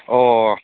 ꯑꯣ